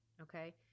Okay